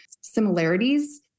similarities